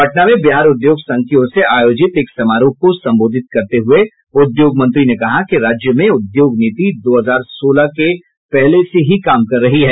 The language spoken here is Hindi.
पटना में बिहार उद्योग संघ की ओर से आयोजित एक समारोह को संबोधित करते हुए उद्योग मंत्री ने कहा कि राज्य में उद्योग नीति दो हजार सोलह के पहले से ही काम कर रही है